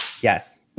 yes